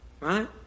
Right